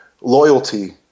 loyalty